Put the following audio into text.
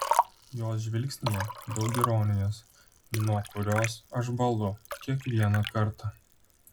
jos žvilgsnyje daug ironijos nuo kurios aš bąlu kiekvieną kartą